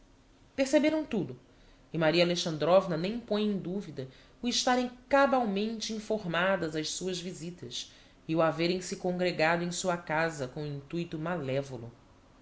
perceberam tudo e maria alexandrovna nem põe em duvida o estarem cabalmente informadas as suas visitas e o haverem se congregado em sua casa com intuito malevolo